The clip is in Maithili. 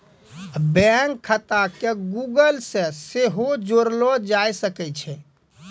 बैंक खाता के गूगल से सेहो जोड़लो जाय सकै छै